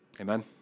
Amen